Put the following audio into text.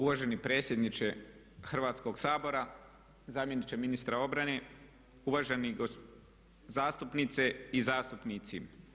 Uvaženi predsjedniče Hrvatskog sabora, zamjeniče ministra obrane, uvaženi zastupnice i zastupnici.